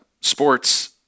sports